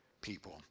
people